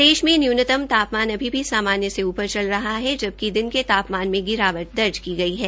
प्रदेश में न्यूनत तापमान अभी भी सामान्य से ऊप्र चल रहा है जबकि दिन के तापमान में गिरावट दर्ज की गई है